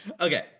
Okay